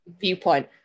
viewpoint